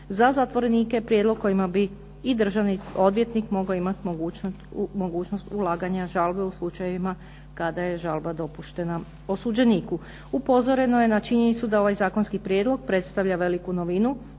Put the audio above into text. za zatvorenike, prijedlog kojima bi i državni odvjetnik imati mogućnost ulaganja žalbe u slučajevima kada je žalba dopuštena osuđeniku. Upozoreno je i na činjenicu da ovaj Zakonski prijedlog predstavlja novinu,